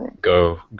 go